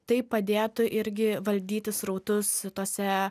tai padėtų irgi valdyti srautus tose